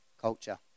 culture